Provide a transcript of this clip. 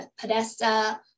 Podesta